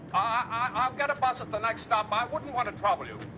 i-i'll get a bus at the next stop. i wouldn't want to trouble you.